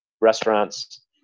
Restaurants